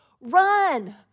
run